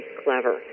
clever